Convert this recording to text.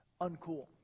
uncool